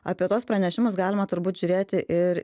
apie tuos pranešimus galima turbūt žiūrėti ir